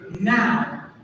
now